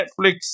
Netflix